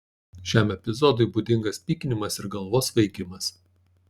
šiam epizodui būdingas pykinimas ir galvos svaigimas